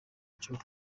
cyo